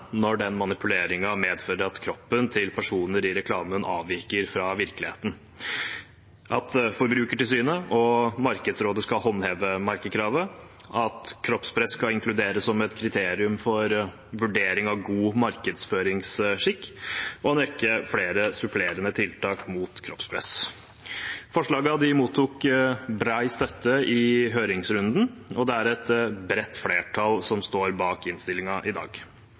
når manipuleringen medfører at kroppen til personer i reklamen avviker fra virkeligheten, at Forbrukertilsynet og Markedsrådet skal håndheve merkekravet, at kroppspress skal inkluderes som et kriterium for vurdering av god markedsføringsskikk, og en rekke flere supplerende tiltak mot kroppspress. Forslagene mottok bred støtte i høringsrunden, og det er et bredt flertall som står bak innstillingen i dag.